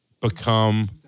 become